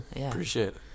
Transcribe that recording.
Appreciate